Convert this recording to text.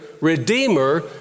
Redeemer